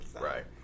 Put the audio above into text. right